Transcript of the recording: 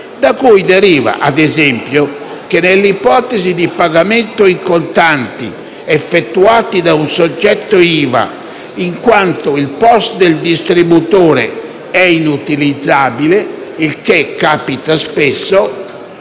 da cui deriva, ad esempio, che nell'ipotesi di pagamenti in contanti effettuati da un soggetto IVA in quanto il POS del distributore è inutilizzabile (il che capita spesso)